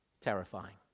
terrifying